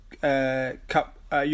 Cup